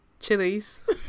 Chilies